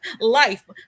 Life